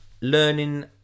learning